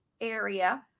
area